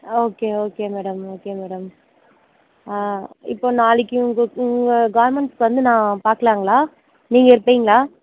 ஆ okay okay madam okay madam ஆ இப்போது நாளைக்கு உங்கள் உங்கள் கார்மெண்ட்ஸுக்கு வந்து நான் பார்க்கலாங்களா நீங்கள் இருப்பீங்களா